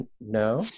No